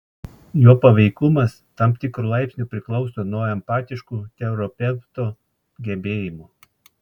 jo paveikumas tam tikru laipsniu priklauso nuo empatiškų terapeuto gebėjimų